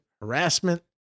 harassment